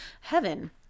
heaven